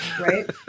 Right